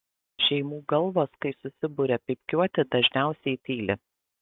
šeimų galvos kai susiburia pypkiuoti dažniausiai tyli